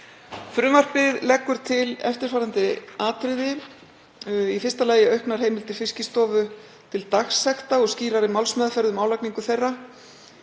Frumvarpið leggur til eftirfarandi atriði: Í fyrsta lagi auknar heimildir Fiskistofu til dagsekta og skýrari málsmeðferð um álagningu þeirra,